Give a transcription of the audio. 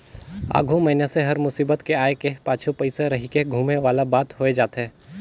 आघु मइनसे हर मुसीबत के आय के पाछू पइसा रहिके धुमे वाला बात होए जाथे